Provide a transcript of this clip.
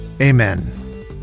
Amen